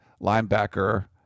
linebacker